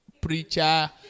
Preacher